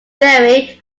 theory